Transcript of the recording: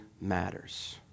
matters